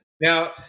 Now